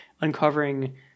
uncovering